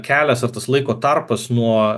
kelias ar tas laiko tarpas nuo